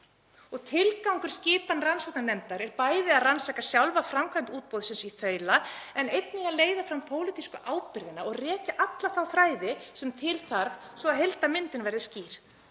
Tilgangur skipunar rannsóknarnefndar er bæði að rannsaka sjálfa framkvæmd útboðsins í þaula en einnig að leiða fram pólitísku ábyrgðina og rekja alla þá þræði sem til þarf svo að heildarmyndin verði skýr.